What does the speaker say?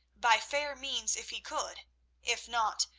by fair means if he could if not,